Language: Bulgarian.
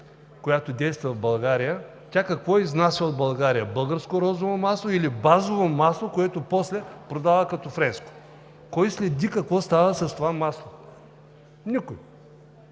която действа в България, тя какво изнася от България – българско розово масло или базово масло, което после продава като френско? Кой следи какво става с това масло? Никой.